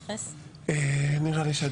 נציג רע"מ ייתן היום שם,